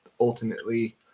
Ultimately